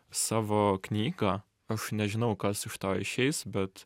savo knygą aš nežinau kas iš to išeis bet